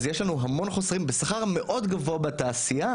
אז יש לנו המון חוסרים בשכר מאוד גבוה בתעשייה,